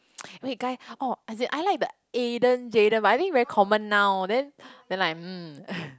wait guys oh as in I like the Aden Jayden but I think very common now then then like mm